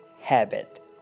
habit